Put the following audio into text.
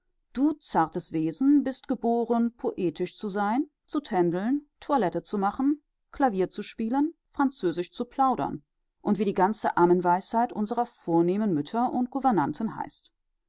du zartes wesen bist geboren poetisch zu sein zu tändeln toilette zu machen clavier zu spielen französisch zu plaudern und wie die ganze ammenweisheit unserer vornehmen mütter und gouvernanten heißt